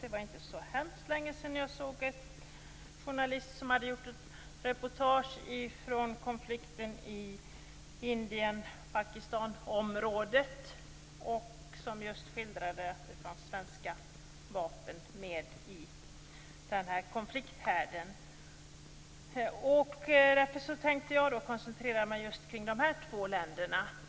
Det var inte så hemskt länge sedan jag såg att en journalist gjort ett reportage från konflikten i området kring Indien och Pakistan. Reportaget skildrade just att det fanns svenska vapen i denna konflikthärd. Därför tänkte jag koncentrera mig på dessa två länder.